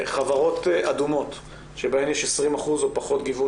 חברות אדומות שבהן יש 20% או פחות גיוון